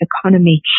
economy